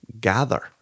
gather